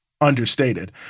understated